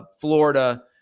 Florida